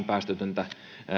päästötöntä